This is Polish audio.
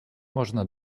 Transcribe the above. można